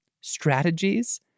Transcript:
strategies